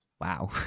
wow